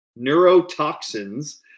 neurotoxins